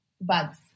Bugs